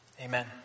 Amen